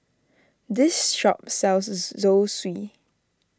this shop sells Zosui